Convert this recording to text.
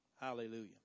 Hallelujah